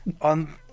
On